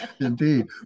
indeed